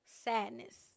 sadness